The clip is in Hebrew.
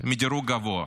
מדירוג גבוה,